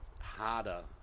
harder